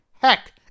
heck